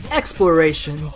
exploration